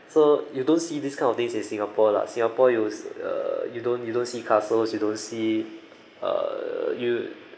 so you don't see this kind of things in singapore lah singapore you uh you don't you don't see castle you don't see uh you